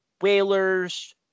whalers